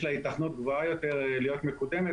לה היתכנות גבוהה יותר להיות מקודמת,